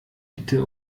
bitte